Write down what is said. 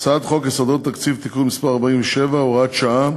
הצעת חוק יסודות התקציב (תיקון מס' 47, הוראת שעה)